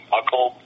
uncle